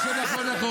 מה יש לך להגיד עלינו?